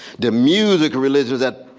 the music religions, that